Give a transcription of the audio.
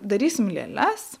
darysim lėles